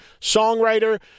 songwriter